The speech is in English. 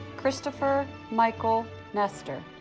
christopher michael nestor